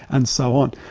and so on.